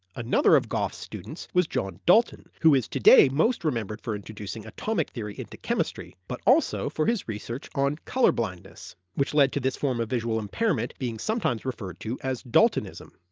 another of gough's students was john dalton, who is today most remembered for introducing atomic theory into chemistry, but also for his research on colour blindness, which led to this form of visual impairment being sometimes referred to as daltonism.